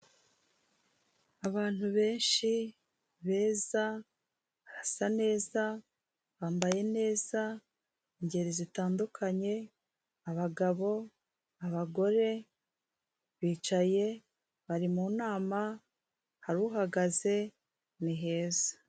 Abantu benshi beza basa neza bambaye neza ingeri zitandukanye abagabo, abagore bicaye bari mu nama haruhagaze ni heza.